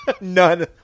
None